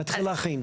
תתחיל להכין.